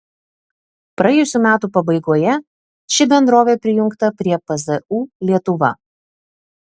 praėjusių metų pabaigoje ši bendrovė prijungta prie pzu lietuva